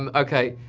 um okay,